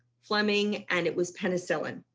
fleming and it was penicillin.